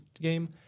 game